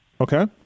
Okay